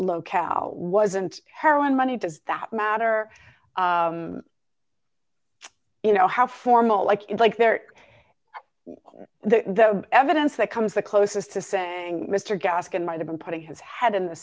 locale wasn't heroin money does that matter you know how formal like it's like they're the evidence that comes the closest to saying mr gaskin my the been putting his head in the